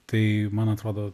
tai man atrodo